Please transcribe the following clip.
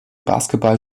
basketball